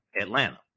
atlanta